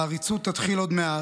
העריצות תתחיל עוד מעט,